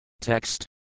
Text